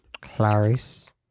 Clarice